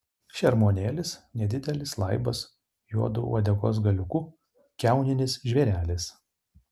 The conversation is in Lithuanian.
šermuonėlis nedidelis laibas juodu uodegos galiuku kiauninis žvėrelis